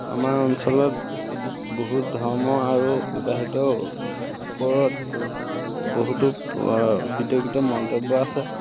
আমাৰ অঞ্চলত বহুত ধৰ্ম আৰু বিবাহিত ওপৰত বহুতো বিতৰ্কিত মন্তব্য আছে